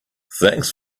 thanks